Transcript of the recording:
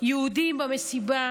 יהודים במסיבה,